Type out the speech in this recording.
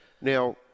Now